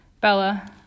Bella